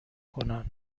کنن